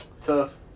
Tough